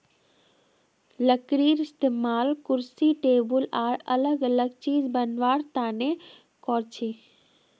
लकडीर इस्तेमाल कुर्सी टेबुल आर अलग अलग चिज बनावा तने करछी